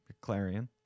clarion